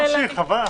אנחנו